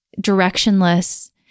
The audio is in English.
directionless